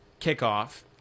kickoff